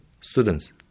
students